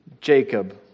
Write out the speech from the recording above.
Jacob